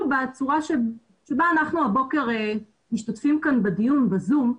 בצורה בה אנחנו הבוקר משתתפים כאן בדיון ב-זום,